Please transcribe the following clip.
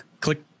click